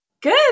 Good